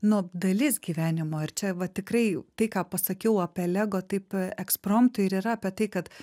nu dalis gyvenimo ir čia va tikrai tai ką pasakiau apie lego taip ekspromtu ir yra apie tai kad